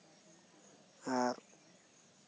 ᱟᱨ